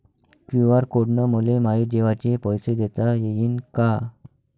QR code न मले माये जेवाचे पैसे देता येईन का?